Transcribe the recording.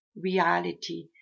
reality